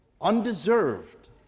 undeserved